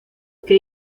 que